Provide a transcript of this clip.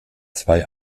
zwei